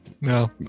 no